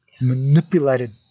manipulated